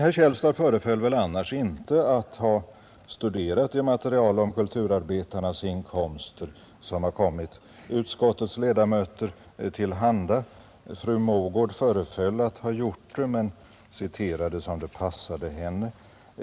Herr Källstad föreföll väl annars inte att ha studerat det material om kulturarbetarnas inkomster som kommit utskottets ledamöter till handa. Fru Mogård föreföll att ha gjort det men hon citerade som det passade henne.